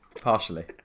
Partially